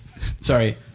Sorry